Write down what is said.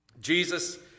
Jesus